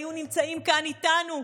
היו נמצאים כאן איתנו.